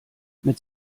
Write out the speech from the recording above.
mit